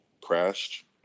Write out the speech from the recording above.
crashed